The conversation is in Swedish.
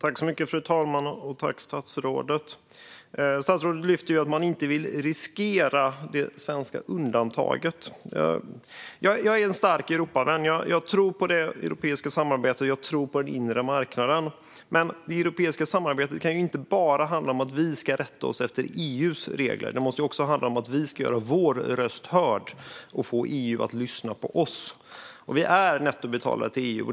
Fru talman! Tack, statsrådet! Statsrådet lyfter fram att man inte vill riskera det svenska undantaget. Jag är en stark Europavän. Jag tror på det europeiska samarbetet och den inre marknaden. Men det europeiska samarbetet kan inte bara handla om att vi rätta oss efter EU:s regler. Det måste också handla om att vi ska göra vår röst hörd och få EU att lyssna på oss. Vi är nettobetalare till EU.